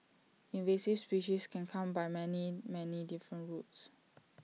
invasive species can come by many many different routes